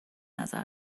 نظر